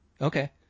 Okay